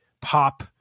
pop